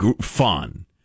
fun